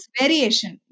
variation